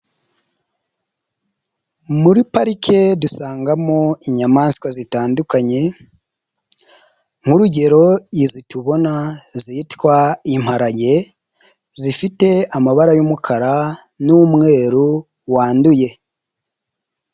Muri parike dusangamo inyamaswa zitandukanye nk'urugero zitubona zitwa imparage zifite amabara y'umukara n'umweru wanduye.